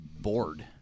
bored